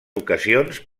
ocasions